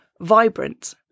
vibrant